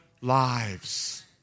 lives